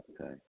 Okay